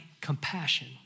compassion